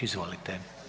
Izvolite.